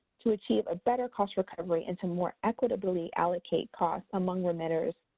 to achieve a better cost recovery, and to a more equitability allocate costs among remitters,